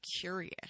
curious